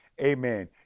Amen